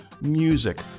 music